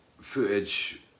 footage